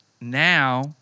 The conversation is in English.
now